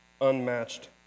unmatched